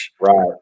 right